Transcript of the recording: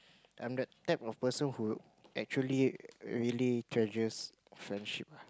I'm the type of person who actually really treasures friendship ah